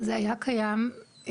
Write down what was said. לא רק הסכם הבראה.